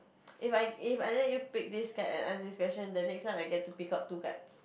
If I If I let you pick this card and ask this question the next one I get to pick up two cards